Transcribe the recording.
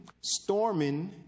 storming